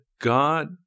God